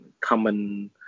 common